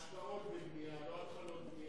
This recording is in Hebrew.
השקעות בבנייה, לא התחלות בנייה.